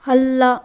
ಅಲ್ಲ